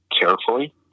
carefully